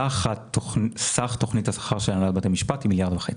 סך תכנית השכר של הנהלת בתי המשפט היא מיליארד וחצי.